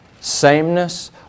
Sameness